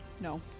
No